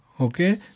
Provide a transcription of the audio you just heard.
okay